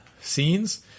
scenes